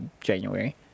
January